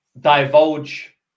divulge